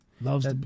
loves